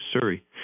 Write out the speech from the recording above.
Surrey